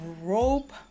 rope